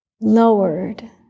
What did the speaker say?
lowered